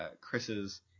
Chris's